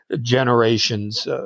generations